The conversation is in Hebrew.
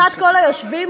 מה שצודק,